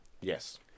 Yes